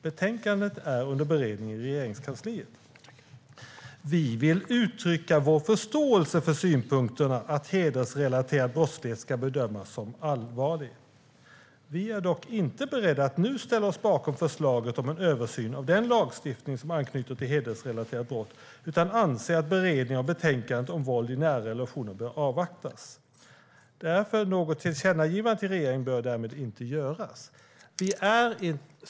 Betänkandet är under beredning i Regeringskansliet. Vi vill uttrycka vår förståelse för synpunkterna att hedersrelaterad brottslighet ska bedömas som allvarlig. Vi är dock inte beredda att nu ställa oss bakom förslaget om en översyn av den lagstiftning som anknyter till hedersrelaterade brott, utan anser att beredningen av betänkandet om våld i nära relationer bör avvaktas. Något tillkännagivande till regeringen bör därmed inte göras."